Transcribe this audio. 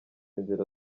inzira